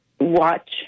watch